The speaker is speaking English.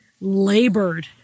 labored